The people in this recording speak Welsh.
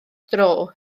dro